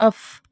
off